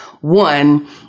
One